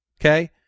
Okay